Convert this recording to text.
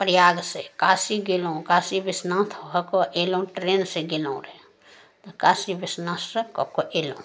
प्रयाग से काशी गेलहुॅं काशी विश्वनाथ भऽके एलौँ टरेन से गेलौँ काशी विश्वनाथ से कऽके एलौँ